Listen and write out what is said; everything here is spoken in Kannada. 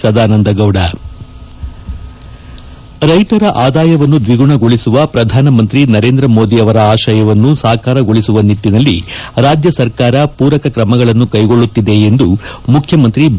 ಸದಾನಂದಗೌಡ ರೈತರ ಆದಾಯವನ್ನು ದ್ವಿಗುಣಗೊಳಿಸುವ ಪ್ರಧಾನಮಂತ್ರಿ ಸಾಕಾರಗೊಳಿಸುವ ನಿಟ್ಟಿನಲ್ಲಿ ರಾಜ್ಯ ಸರ್ಕಾರ ಪೂರಕ ಕ್ರಮಗಳನ್ನು ಕೈಗೊಳ್ಳುತ್ತಿದೆ ಎಂದು ಮುಖ್ಯಮಂತ್ರಿ ಬಿ